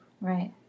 Right